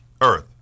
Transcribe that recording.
earth